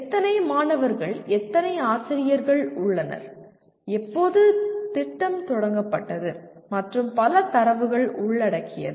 எத்தனை மாணவர்கள் எத்தனை ஆசிரியர்கள் உள்ளனர் எப்போது திட்டம் தொடங்கப்பட்டது மற்றும் பல தரவுகள் உள்ளடக்கியது